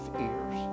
ears